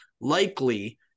likely